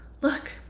Look